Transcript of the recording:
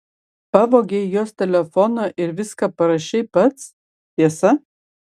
pavogei jos telefoną ir viską parašei pats tiesa